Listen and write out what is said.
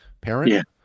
parent